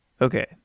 Okay